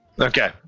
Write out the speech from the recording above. Okay